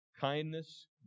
kindness